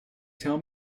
tell